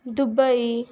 Dubai